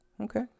okay